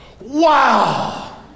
wow